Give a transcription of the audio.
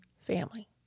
family